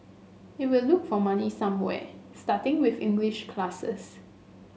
it will look for money somewhere starting with English classes